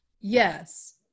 Yes